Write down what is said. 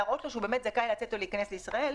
להראות לו שהוא באמת זכאי לצאת או להיכנס לישראל,